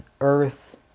Earth